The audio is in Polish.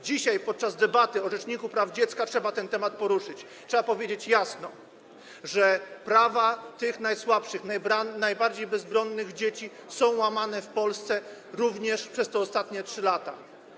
Dzisiaj podczas debaty o rzeczniku praw dziecka trzeba ten temat poruszyć, trzeba jasno powiedzieć, że prawa tych najsłabszych, najbardziej bezbronnych dzieci są łamane w Polsce również przez te ostatnie 3 lata.